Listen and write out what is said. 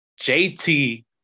JT